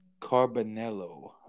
Carbonello